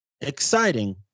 exciting